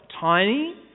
tiny